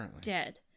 dead